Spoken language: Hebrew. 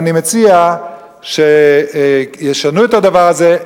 אני מציע שישנו את הדבר הזה,